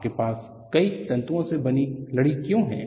आपके पास कई तंतुओ से बनी लड़ी क्यों हैं